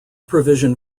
provision